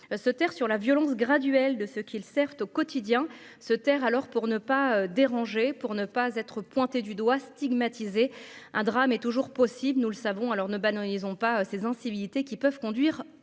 se taire sur la violence graduelle de ce qu'il sert au quotidien se taire alors pour ne pas déranger pour ne pas être pointés du doigt, stigmatisés, un drame est toujours possible, nous le savons, alors ne ben non, ils ont pas ces incivilités qui peuvent conduire